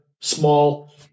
small